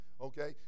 Okay